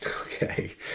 Okay